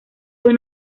fue